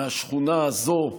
מהשכונה הזאת,